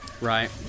Right